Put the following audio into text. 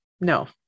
No